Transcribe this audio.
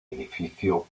edificio